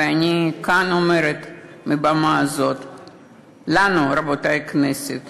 ואני כאן אומרת מהבמה הזאת לנו, רבותי, בכנסת